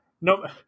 No